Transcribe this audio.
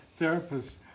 therapists